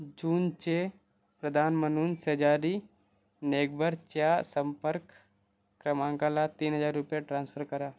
जूनचे प्रदान म्हणून शेजारी नेगबरच्या संपर्क क्रमांकाला तीन हजार रुपये ट्रान्स्फर करा